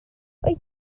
wyt